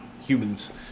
humans